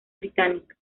británica